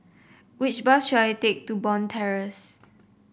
which bus should I take to Bond Terrace